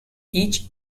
each